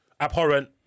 abhorrent